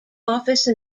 office